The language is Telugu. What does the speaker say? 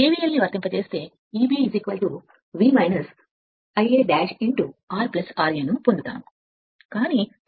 కానీ తిరుగుతున్న స్థితిలో